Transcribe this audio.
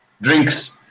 Drinks